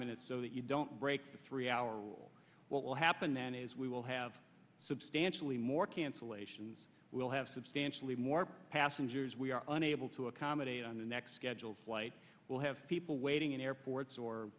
minutes so that you don't break the three hour what will happen then is we will have substantially more cancellations we will have substantially more passengers we are unable to accommodate on the next scheduled flight we'll have people waiting in airports or